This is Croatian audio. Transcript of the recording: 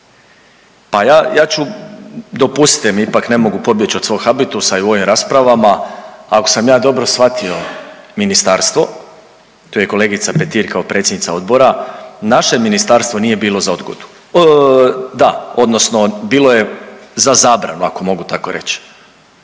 Pa ja ću, dopustite mi ipak ne mogu pobjeći od svog habitusa u ovim raspravama, ako sam ja dobro shvatio ministarstvo tu je kolegica Petir kao predsjednica Odbora naše ministarstvo nije bilo za odgodu. Da, odnosno bilo je za zabranu ako mogu tako reći,